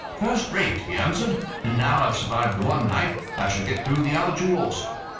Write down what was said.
first-rate, he answered and now i've survived the one night, i shall get through the other two also.